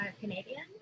Canadian